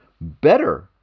Better